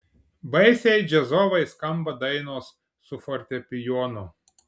baisiai džiazovai skamba dainos su fortepijonu